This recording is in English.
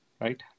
Right